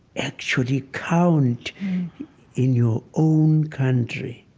actually count in your own country.